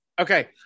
Okay